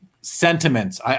sentiments